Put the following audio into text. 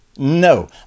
No